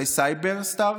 לסייבר סטארט,